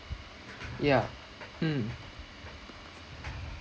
yeah mm